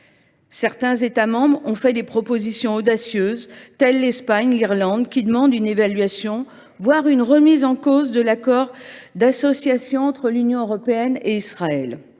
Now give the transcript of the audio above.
Certains États membres ont fait des propositions audacieuses, comme l’Espagne et l’Irlande, qui demandent une évaluation, voire une remise en cause de l’accord d’association entre l’Union européenne et Israël.